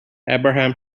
abraham